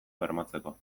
bermatzeko